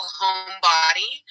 homebody